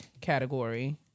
category